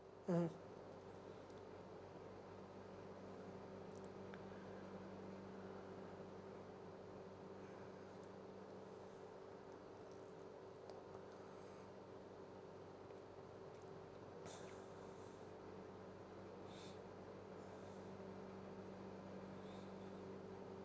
mmhmm